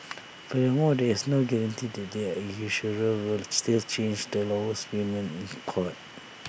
furthermore there is no guarantee that an insurer will still change the lowest premiums in